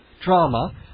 Drama